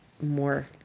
more